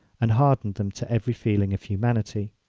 and harden them to every feeling of humanity!